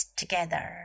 together